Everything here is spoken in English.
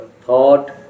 thought